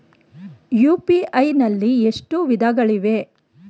UPI ನಲ್ಲಿ ಎಷ್ಟು ವಿಧಗಳಿವೆ?